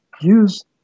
use